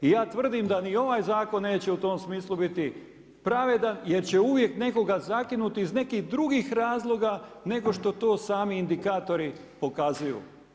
I ja tvrdim da ni ovaj zakon neće u tom smislu biti pravedan jer će uvijek nekoga zakinuti iz nekih drugih razloga nego što to sami indikatori pokazuju.